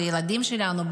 בילדים שלנו,